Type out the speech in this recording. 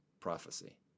prophecy